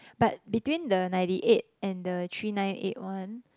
but between the ninety eight and the three nine eight one